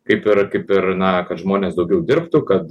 kaip ir kaip ir na kad žmonės daugiau dirbtų kad